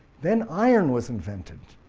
then iron was invented,